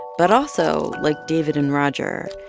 but also, like david and roger,